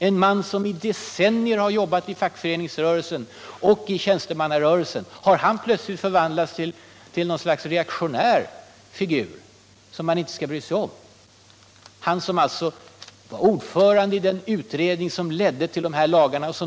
En man som i decennier jobbat i fackföreningsrörelsen och i tjänstemannarörelsen — har han plötsligt förvandlats till något slags reaktionär figur som man inte skall bry sig om? Åman var alltså ordförande i den utredning som ledde till de här lagarna.